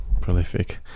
prolific